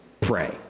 pray